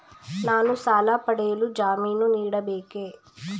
ನಾನು ಸಾಲ ಪಡೆಯಲು ಜಾಮೀನು ನೀಡಬೇಕೇ?